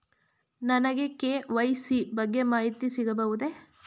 ನನಗೆ ಕೆ.ವೈ.ಸಿ ಬಗ್ಗೆ ಮಾಹಿತಿ ಸಿಗಬಹುದೇ?